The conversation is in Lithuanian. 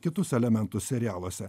kitus elementus serialuose